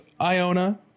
Iona